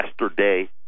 yesterday